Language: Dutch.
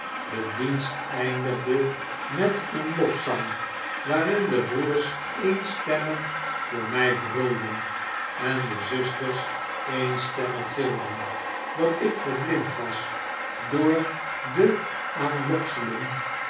de dienst eindigde met een lofzang waarin de broeders eenstemmig voor mij brulden en de zusters eenstemmig gilden dat ik verblind was door de